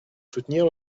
soutenir